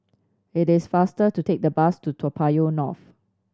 it is faster to take the bus to Toa Payoh North